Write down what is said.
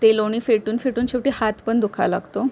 ते लोणी फेटून फेटून शेवटी हात पण दुखायला लागतो